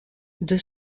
deux